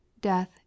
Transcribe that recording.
death